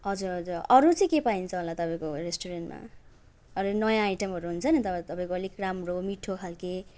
हजुर हजुर अरू चाहिँ के पाइन्छ होला तपाईँको रेस्टुरेन्टमा अरू नयाँ आइटमहरू हुन्छ नि तपाईँ तपाईँको अलिक राम्रो मिठो खाले